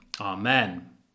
Amen